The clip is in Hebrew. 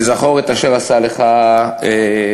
ב"זכור את אשר עשה לך עמלק".